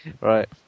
Right